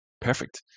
perfect